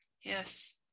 Yes